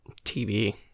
TV